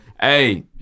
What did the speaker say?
Hey